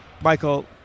Michael